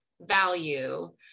value